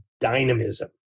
dynamism